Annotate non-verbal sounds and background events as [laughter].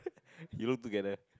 [laughs] you look together